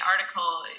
article